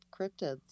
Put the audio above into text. cryptids